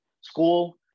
school